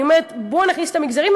אני אומרת: בואו נכניס את המגזרים,